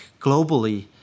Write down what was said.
globally